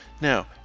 Now